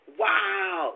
wow